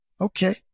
Okay